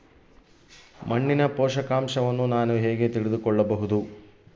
ಮಣ್ಣಿನ ಪೋಷಕಾಂಶವನ್ನು ನಾನು ಹೇಗೆ ತಿಳಿದುಕೊಳ್ಳಬಹುದು?